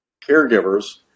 caregivers